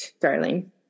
darling